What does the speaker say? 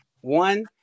one